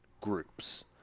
groups